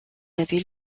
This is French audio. avait